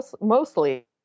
mostly